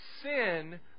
Sin